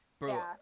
Bro